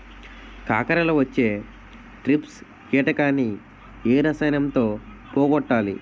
కాకరలో వచ్చే ట్రిప్స్ కిటకని ఏ రసాయనంతో పోగొట్టాలి?